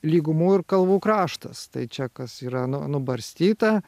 lygumų ir kalvų kraštas tai čia kas yra nu nubarstyta